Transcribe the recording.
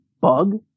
Bug